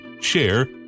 share